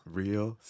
real